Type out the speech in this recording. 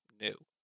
new